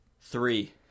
Three